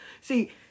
See